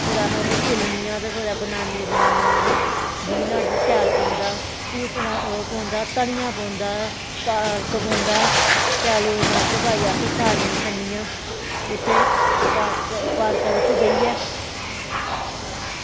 फिर अस उनें शिल्लनियां ते बनानियां बनूनियां ते बीऽ नाह्ड़े च शैल पौंदा पूतना ओह् धनियां पौंदा पालक पौंदा शैल लून मर्च पाईयै सारियां खन्नियां उत्थें पार्का बिच्च बेहियै